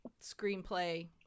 screenplay